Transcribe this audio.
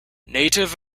native